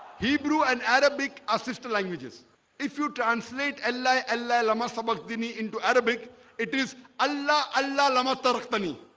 hebrew and arabic assistant languages if you translate allah allah allah must about the knee into arabic it is allah allah llama turk bunny